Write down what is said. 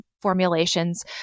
formulations